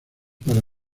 para